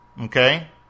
Okay